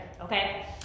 Okay